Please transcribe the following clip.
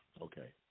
Okay